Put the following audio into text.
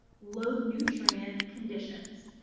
low nutrient conditions.